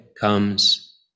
comes